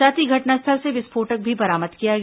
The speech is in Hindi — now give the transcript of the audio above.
साथ ही घटनास्थल से विस्फोटक भी बरामद किया गया